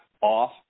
off